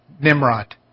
Nimrod